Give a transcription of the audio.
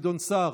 גדעון סער,